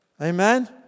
Amen